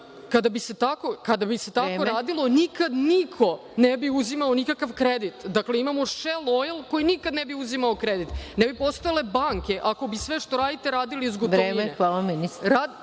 Kada bi se tako radilo, nikad niko ne bi uzimao nikakav kredit. Dakle, imao Shell Oil koji nikada ne bi uzimao kredit, ne bi postojale banke ako bi sve što radite radili iz gotovine. **Maja